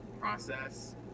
process